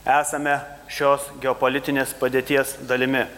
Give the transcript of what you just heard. esame šios geopolitinės padėties dalimi